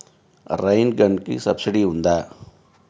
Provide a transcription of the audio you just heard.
Rain గన్కి subsidy ఉందా?